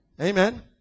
Amen